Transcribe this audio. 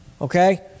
Okay